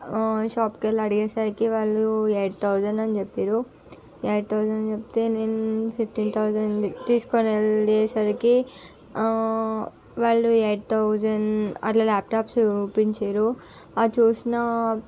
షాప్కు వెళ్ళి అడిగేసరికి వాళ్ళు ఎయిట్ థౌసండ్ అని చెప్పిర్రు ఎయిట్ థౌసండ్ చెప్తే నేను ఫిఫ్టీన్ థౌసండ్ తీసుకొని వెళ్ళేసరికి వాళ్ళు ఎయిట్ థౌసన్ అట్లా ల్యాప్టాప్స్ చూపించిర్రు అది చూసిన